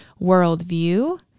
worldview